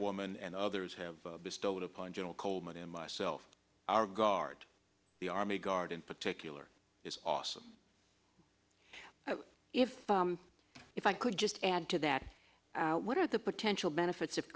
woman and others have bestowed upon gen coleman and myself our guard the army guard in particular is awesome if if i could just add to that what are the potential benefits of